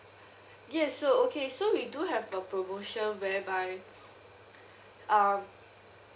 yes so okay so we do have a promotion whereby um